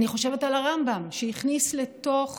אני חושבת על הרמב"ם, שהכניס לתוך